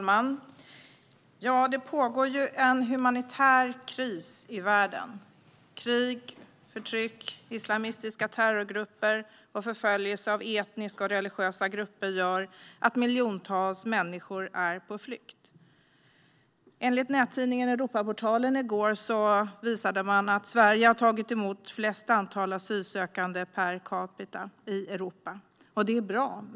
Herr talman! Det pågår en humanitär kris i världen. Krig, förtryck, islamistiska terrorgrupper och förföljelse av etniska och religiösa grupper gör att miljontals människor är på flykt. Enligt nättidningen Europaportalen i går har Sverige tagit emot flest asylansökande per capita i Europa, och det är bra.